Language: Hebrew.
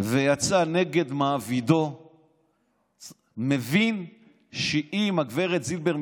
ויצא נגד מעבידו מבין שאם גב' זילבר,